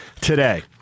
today